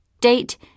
Date